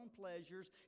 pleasures